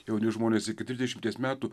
jauni žmonės iki trisdešimties metų